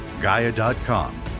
Gaia.com